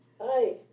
Hi